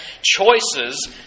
choices